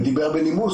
ודיבר בנימוס,